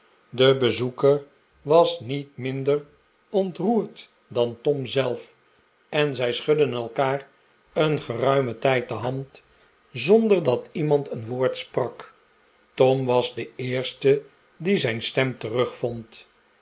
de bezoeker was niet minder ontroerd dan tom zelf en zij schudden elkaat een geruimen tijd de hand zonder dat iemand een woord sprak tom was de eerste die zijn stem terugvond